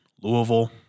Louisville